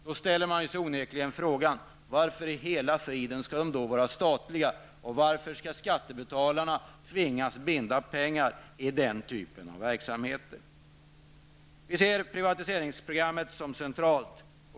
Då ställer man sig onekligen frågorna: Varför i hela friden skall de då vara statliga? Varför skall skattebetalarna tvingas binda pengar i den typen av verksamheter? Vi ser privatiseringsprogrammet som centralt.